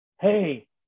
hey